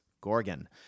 Gorgon